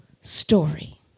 story